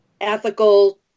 ethical